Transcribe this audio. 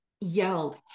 yelled